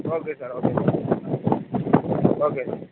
okay sir okay sir okay